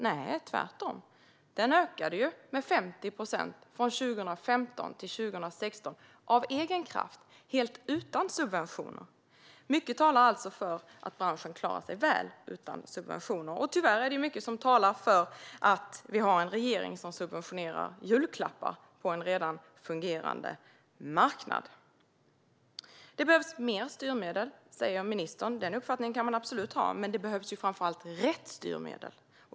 Nej, tvärtom ökade den med 50 procent från 2015 till 2016 av egen kraft, helt utan subventioner. Mycket talar alltså för att branschen klarar sig väl utan subventioner. Tyvärr är det mycket som talar för att vi har en regering som subventionerar julklappar på en redan fungerande marknad. Det behövs mer styrmedel, säger ministern, men det behövs framför allt rätt styrmedel.